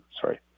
sorry